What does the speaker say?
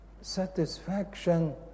satisfaction